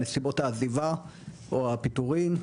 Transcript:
נסיבות העזיבה או הפיטורין,